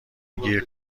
گیر